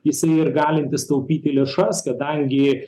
jisai ir galintis taupyti lėšas kadangi